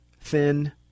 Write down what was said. thin